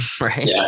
Right